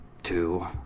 two